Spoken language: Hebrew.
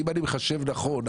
אם אני מחשב נכון,